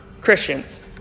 Christians